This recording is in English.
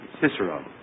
Cicero